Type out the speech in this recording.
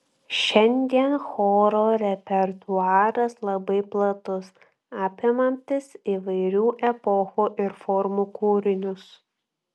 šiandien choro repertuaras labai platus apimantis įvairių epochų ir formų kūrinius